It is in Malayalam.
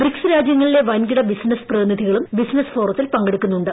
ബ്രിക്സ് രാജ്യങ്ങളിലെ വൻകിട ബിസിനസ് പ്രതിനിധികളും ബിസിനസ് ഫോറത്തിൽ പങ്കെടുക്കുന്നുണ്ട്